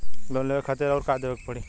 Loan लेवे खातिर अउर का देवे के पड़ी?